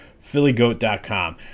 phillygoat.com